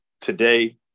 today